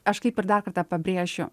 aš kaip ir dar kartą pabrėšiu